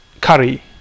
curry